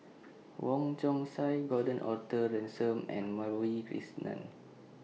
Wong Chong Sai Gordon Arthur Ransome and Madhavi Krishnan